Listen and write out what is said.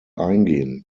eingehen